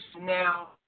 Now